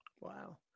Wow